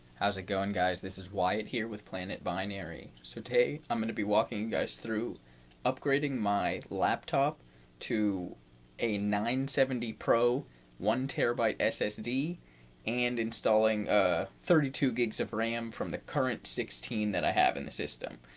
how's it going guys? this is wyatt here with planet binary. so today i'm gonna be walking guys through upgrading my laptop to a nine hundred and seventy pro one terabyte ssd and installing ah thirty two gigs of ram from the current sixteen that i have in the system.